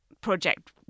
project